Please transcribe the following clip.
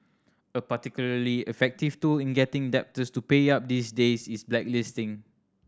a particularly effective tool in getting debtors to pay up these days is blacklisting